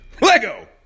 Lego